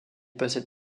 possède